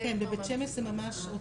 שמש,